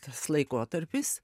tas laikotarpis